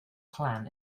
clan